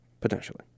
Potentially